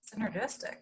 synergistic